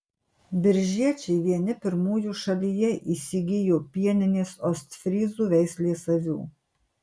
biržiečiai vieni pirmųjų šalyje įsigijo pieninės ostfryzų veislės avių